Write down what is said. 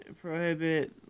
prohibit